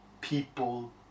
people